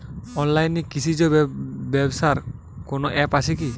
অনলাইনে কৃষিজ ব্যবসার কোন আ্যপ আছে কি?